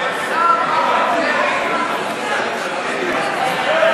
אדוני היושב-ראש, השר מכלוף דרעי אדוני,